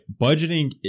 Budgeting